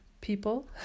people